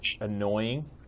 annoying